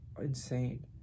insane